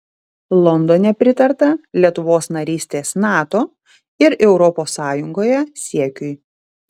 londone pritarta lietuvos narystės nato ir europos sąjungoje siekiui